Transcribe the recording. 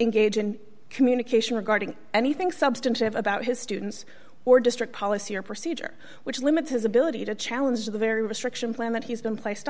engage in communication regarding anything substantive about his students or district policy or procedure which limits his ability to challenge the very restriction planet he's been placed